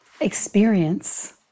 experience